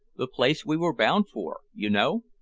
the place we were bound for, you know.